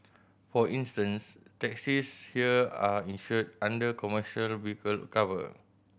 for instance taxis here are insured under commercial vehicle cover